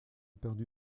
perdu